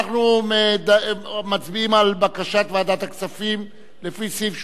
אנחנו מצביעים על בקשת ועדת הכספים לפי סעיף 84(ב)